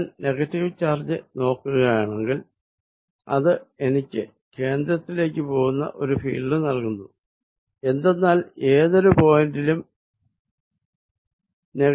ഞാൻ negative charge നോക്കുകയാണെങ്കിൽ അത് എനിക്ക് കേന്ദ്രത്തിലേക്ക് പോകുന്ന ഒരു ഫീൽഡ് നൽകുന്നു എന്തെന്നാൽ ഏതൊരു പോയിന്റിലും നെഗറ്റീവ് ചാർജ് ആണ്